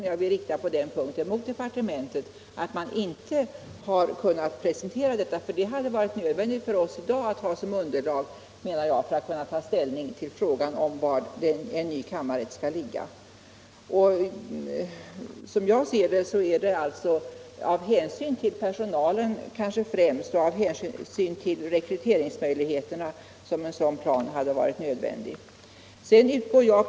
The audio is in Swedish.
Jag vill rikta kritik mot departementet på den här punkten. Det hade varit ändamålsenligt om en sådan plan funnits som underlag för ställningstagandet till var en ny kammarrätt skulle ligga. Det är kanske främst med hänsyn till personalen och rekryteringsmöjligheterna som denna plan hade varit nödvändig.